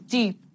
deep